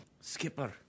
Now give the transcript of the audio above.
Skipper